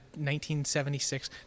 1976